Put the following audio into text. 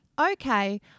okay